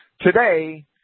Today